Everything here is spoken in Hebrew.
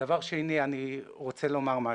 דבר שני, אני רוצה לומר משהו.